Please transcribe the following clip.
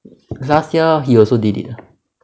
last year he also did it